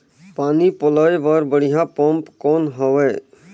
पानी पलोय बर बढ़िया पम्प कौन हवय?